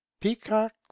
Peacock